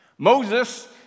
Moses